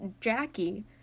Jackie